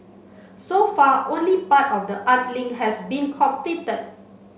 so far only part of the art link has been completed